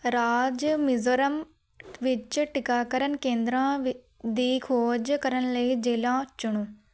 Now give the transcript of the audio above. ਰਾਜ ਮਿਜ਼ੋਰਮ ਵਿੱਚ ਟੀਕਾਕਰਨ ਕੇਂਦਰਾਂ ਵੀ ਦੀ ਖੋਜ ਕਰਨ ਲਈ ਜ਼ਿਲ੍ਹਾ ਚੁਣੋ